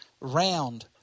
round